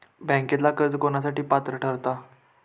बँकेतला कर्ज कोणासाठी पात्र ठरता?